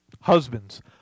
Husbands